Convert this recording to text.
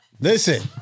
Listen